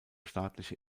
staatliche